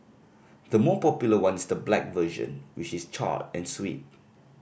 the more popular one is the black version which is charred and sweet